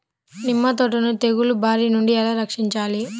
నిమ్మ తోటను తెగులు బారి నుండి ఎలా రక్షించాలి?